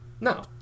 No